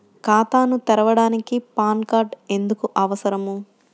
ఖాతాను తెరవడానికి PAN card ఎందుకు అవసరము?